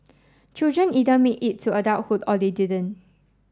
children either made it to adulthood or they didn't